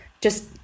just-